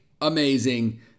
Amazing